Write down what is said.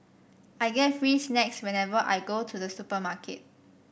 I get free snacks whenever I go to the supermarket